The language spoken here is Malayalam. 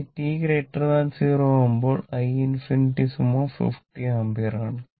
ഇനി t0 ആവുമ്പോൾ i ∞50 ആമ്പിയർ ആണ്